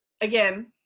again